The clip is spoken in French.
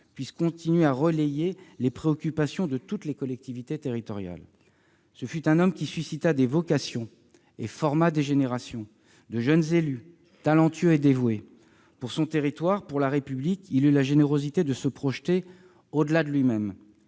puisse continuer à relayer les préoccupations de toutes les collectivités territoriales. Ce fut un homme qui suscita des vocations et forma des générations de jeunes élus talentueux et dévoués. Pour son territoire, pour la République, il eut la générosité de se projeter au-delà de lui-même.